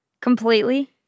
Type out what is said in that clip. Completely